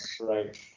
Right